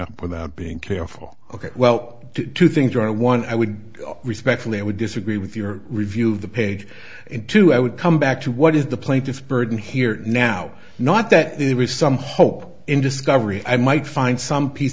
up without being careful ok well two things are one i would respectfully i would disagree with your review of the page and two i would come back to what is the plaintiff's burden here now not that there was some hope in discovery i might find some piece